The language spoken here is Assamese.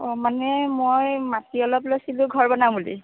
অঁ মানে মই মাটি অলপ লৈছিলোঁ ঘৰ বনাওঁ বুলি